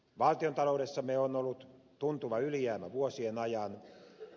valtiontaloudessamme on ollut tuntuva ylijäämä vuosien ajan